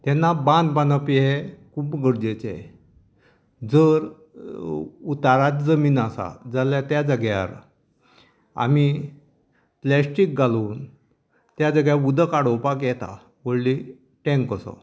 तेन्ना बांद बांदप हे खूब्ब गरजेचे जर उतारात जमीन आसा जाल्यार त्या जाग्यार आमी प्लेस्टीक घालून त्या जाग्यार उदक आडोवपाक येता व्हडली टेंन्क कसो